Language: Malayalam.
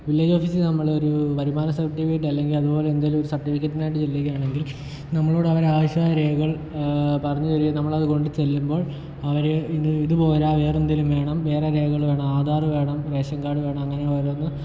വില്ലേജ് ഓഫീസിൽ നമ്മളൊരു വരുമാന സർട്ടിഫിക്കറ്റ് അല്ലെങ്കിൽ അതുപോലെ എന്തെങ്കിലുമൊക്കെ ഒരു സർട്ടിഫിക്കറ്റിന് വേണ്ടി ചെല്ലുകയാണെങ്കിൽ നമ്മളോടവർ ആവശ്യമായ രേഖകൾ പറഞ്ഞ് തരികയും നമ്മളത് കൊണ്ട് ചെല്ലുമ്പോൾ അവർ ഇതുപോരാ വേറെന്തെങ്കിലും വേണം വേറെ രേഖകൾ വേണം ആധാറു വേണം റേഷൻ കാർഡ് വേണം അങ്ങനെ ഓരോന്ന്